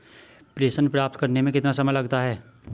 प्रेषण प्राप्त करने में कितना समय लगता है?